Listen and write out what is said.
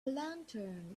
lantern